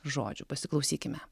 žodžių pasiklausykime